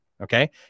okay